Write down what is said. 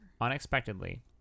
Unexpectedly